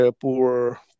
poor